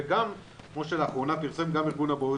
וגם כמו שלאחרונה פרסם גם ארגון הבריאות